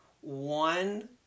one